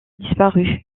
disparu